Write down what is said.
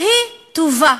היא טובה,